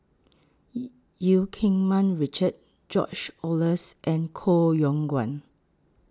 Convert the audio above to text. E EU Keng Mun Richard George Oehlers and Koh Yong Guan